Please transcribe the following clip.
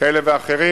כאלה ואחרים.